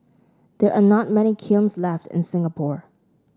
there are not many kilns left in Singapore